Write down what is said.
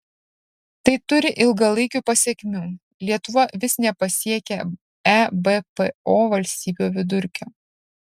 tai turi ilgalaikių pasekmių lietuva vis nepasiekia ebpo valstybių vidurkio